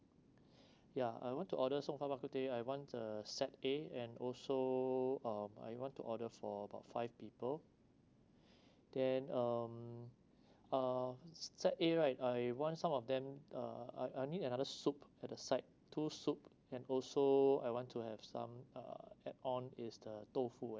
yeah I want to order rong hua bak kut teh I want a set A and also um I want to order for about five people then um uh set A right I want some of them uh I I need another soup at a side two soup and also I want to have some err add on is the tofu